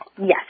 Yes